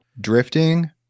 Drifting